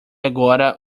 agora